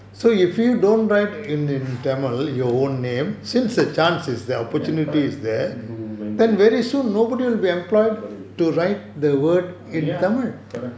ya correct nobody correct